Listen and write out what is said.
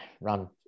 run